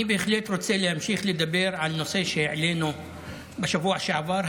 אני בהחלט רוצה להמשיך לדבר על נושא שהעלינו בשבוע שעבר,